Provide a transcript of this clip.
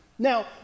Now